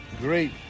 great